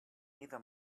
either